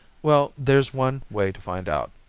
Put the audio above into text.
well, there's one way to find out.